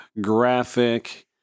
graphic